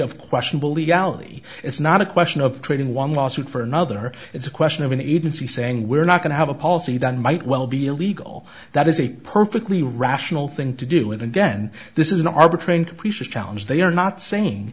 of questionable legality it's not a question of trading one lawsuit for another it's a question of an agency saying we're not going to have a policy that might well be illegal that is a perfectly rational thing to do with and then this is an arbitrary and capricious challenge they are not saying